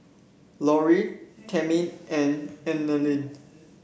Laureen Tammi and Eleni